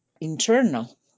internal